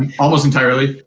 and almost entirely.